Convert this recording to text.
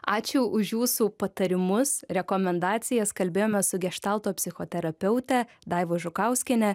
ačiū už jūsų patarimus rekomendacijas kalbėjome su geštalto psichoterapeute daiva žukauskiene